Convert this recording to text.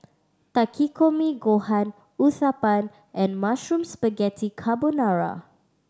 Takikomi Gohan Uthapam and Mushroom Spaghetti Carbonara